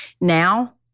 Now